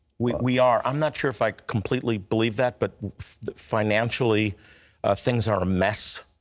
we we are. i'm not sure if i completely believe that, but financially things are a mess.